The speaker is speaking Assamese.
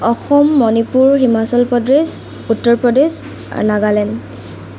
অসম মণিপুৰ হিমাচল প্ৰদেশ উত্তৰ প্ৰদেশ আৰু নাগালেণ্ড